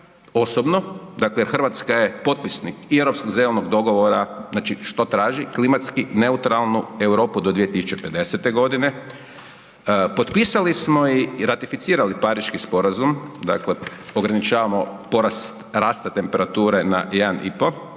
osobno, dakle Hrvatska je potpisnik i Europskog zelenog dogovora, znači što traži, klimatski neutralnu Europu do 2050. g., potpisali smo i ratificirali Pariški sporazum, dakle ograničavamo porast rasta temperature na 1,5